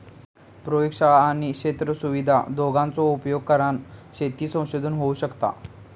प्रयोगशाळा आणि क्षेत्र सुविधा दोघांचो उपयोग करान शेती संशोधन होऊ शकता